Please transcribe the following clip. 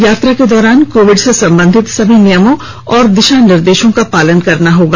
यात्रा के दौरान कोविड से संबंधित सभी नियमों और दिशानिर्देशों का पालन करना होगा